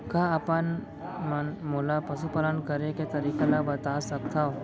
का आप मन मोला पशुपालन करे के तरीका ल बता सकथव?